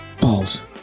balls